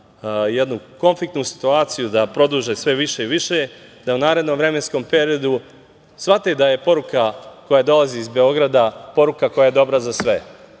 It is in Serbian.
jednu konfliktnu situaciju da produže sve više i više, da u narednom vremenskom periodu shvate da je poruka koja dolazi iz Beograda poruka koja je dobra za sve,